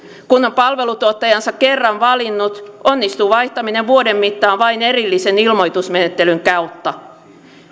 kun on palveluntuottajansa kerran valinnut onnistuu vaihtaminen vuoden mittaan vain erillisen ilmoitusmenettelyn kautta